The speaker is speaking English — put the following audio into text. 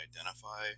identify